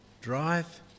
drive